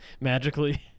Magically